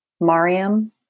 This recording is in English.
Mariam